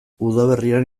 udaberrian